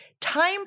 Time